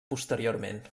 posteriorment